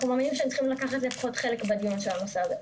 אנחנו מאמינים שהם לפחות צריכים לקחת חלק בדיון על הנושא הזה.